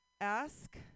Ask